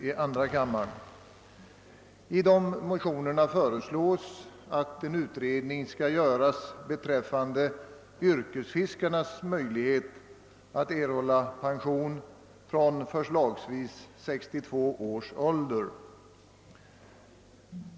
I dessa motioner föreslås att en utredning skall göras beträffande yrkesfiskarnas möjligheter att erhålla pension vid förslagsvis 62 års ålder.